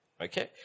Okay